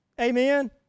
amen